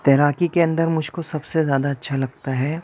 تیراکی کے اندر مجھ کو سب زیادہ اچھا لگتا ہے